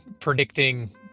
predicting